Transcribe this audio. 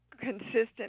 consistent